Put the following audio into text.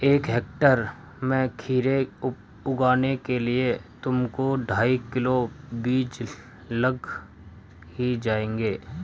एक हेक्टेयर में खीरे उगाने के लिए तुमको ढाई किलो बीज लग ही जाएंगे